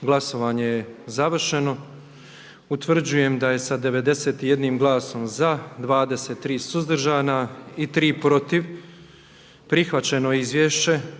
Glasovanje je završeno. Utvrđujem da je sa 82 glasa za, 27 suzdržanih i 7 protiv prihvaćen zaključak